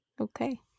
Okay